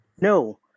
no